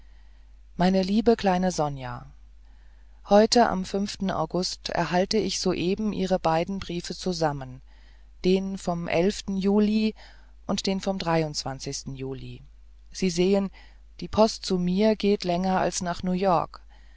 meine liebe kleine sonja heute am august erhalte ich soeben ihre beiden briefe zusammen den vom juli und den vom juli sie sehen die post zu mir geht länger als nach new york